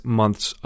months